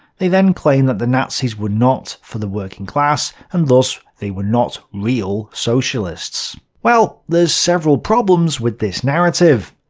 they then claim that the nazis were not for the working class, and thus they are not real socialists. well, there's several problems with this narrative.